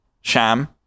sham